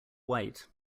white